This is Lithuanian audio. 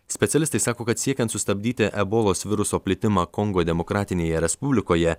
specialistai sako kad siekiant sustabdyti ebolos viruso plitimą kongo demokratinėje respublikoje